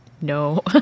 no